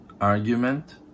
argument